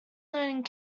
learning